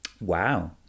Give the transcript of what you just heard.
Wow